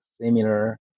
similar